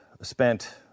spent